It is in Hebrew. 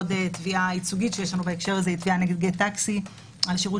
עוד תביעה ייצוגית שיש לנו בהקשר הזה היא תביעה נגד GET TAXI על שירות